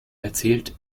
erzählt